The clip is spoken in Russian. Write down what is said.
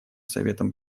советом